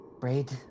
braid